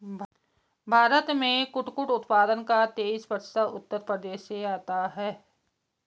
भारत में कुटकुट उत्पादन का तेईस प्रतिशत उत्तर प्रदेश से आता है